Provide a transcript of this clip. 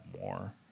more